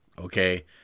Okay